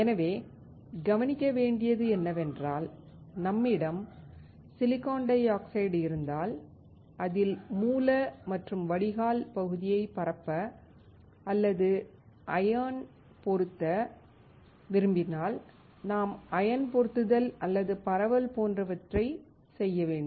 எனவே கவனிக்க வேண்டியது என்னவென்றால் நம்மிடம் SiO2 இருந்தால் அதில் மூல மற்றும் வடிகால் பகுதியைப் பரப்ப அல்லது அயன் பொருத்த விரும்பினால் நாம் அயன் பொருத்துதல் அல்லது பரவல் போன்றவற்றைச் செய்ய வேண்டும்